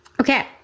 Okay